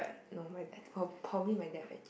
no my I prob~ probably my dad fetch me